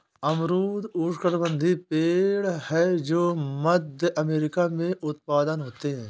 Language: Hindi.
अमरूद उष्णकटिबंधीय पेड़ है जो मध्य अमेरिका में उत्पन्न होते है